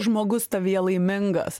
žmogus tavyje laimingas